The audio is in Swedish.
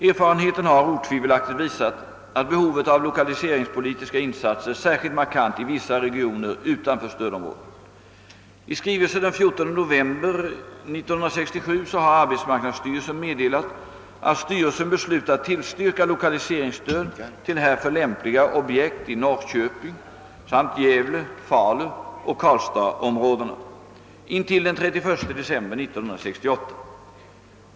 Erfarenheten har otvivelaktigt visat att behovet av lokaliseringspolitiska insatser är särskilt markant i vissa regioner utanför stödområdet. I skrivelse den 14 november 1967 har arbetsmarknadsstyrelsen meddelat, att styrelsen beslutat tillstyrka lokaliseringsstöd till härför lämpliga objekt i Norrköping samt Gävle-, Faluoch Karlstadsområdena intill den 31 december 1968.